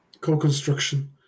co-construction